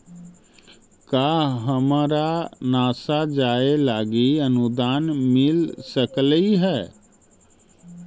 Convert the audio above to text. का हमरा नासा जाये लागी अनुदान मिल सकलई हे?